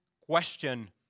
question